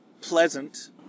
pleasant